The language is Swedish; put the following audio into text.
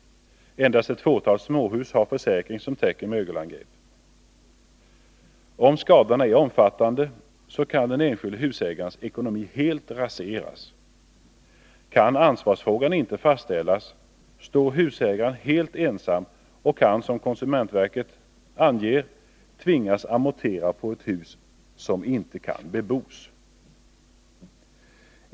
Endast ett fåtal småhus har försäkring som täcker mögelangrepp. Om skadorna är omfattande kan den enskilde husägarens ekonomi helt raseras. Kan ansvarsfrågan inte fastställas, står husägaren helt ensam och kan, som konsumentverket anger, tvingas amortera på ett hus som inte kan bebos.